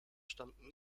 stammten